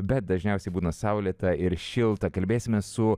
bet dažniausiai būna saulėta ir šilta kalbėsime su